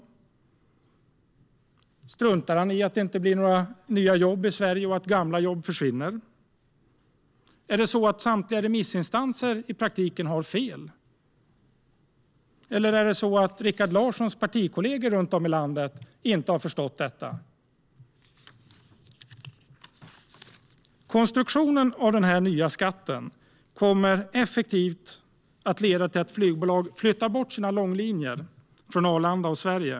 Struntar han i att det inte blir några nya jobb i Sverige och att gamla jobb försvinner? Är det så att samtliga remissinstanser i praktiken har fel? Är det så att Rikard Larssons partikollegor runt om i landet inte har förstått detta? Konstruktionen av den här nya skatten kommer effektivt att leda till att flygbolag flyttar bort sina långlinjer från Arlanda och Sverige.